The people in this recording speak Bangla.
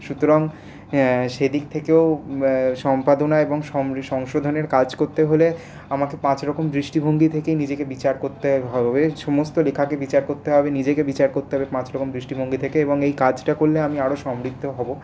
সুতরং সেদিক থেকেও সম্পাদনা এবং সম সংশোধনের কাজ করতে হলে আমাকে পাঁচরকম দৃষ্টিভঙ্গি থেকেই নিজেকে বিচার করতে হবে সমস্ত লেখাকে বিচার করতে হবে নিজেকে বিচার করতে হবে পাঁচরকম দৃষ্টিভঙ্গি থেকে এবং এই কাজটা করলে আমি আরও সমৃদ্ধ হবো